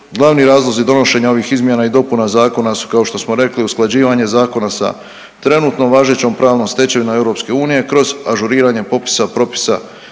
Glavni razlozi donošenja ovih izmjena i dopuna zakona su kao što smo rekli usklađivanje zakona sa trenutnom važećom pravnom stečevinom EU kroz ažuriranje popisa, propisa